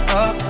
up